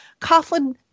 Coughlin